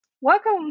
Welcome